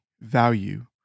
value